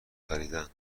خریدن